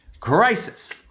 crisis